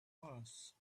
worse